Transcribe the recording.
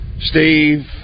Steve